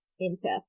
incest